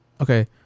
Okay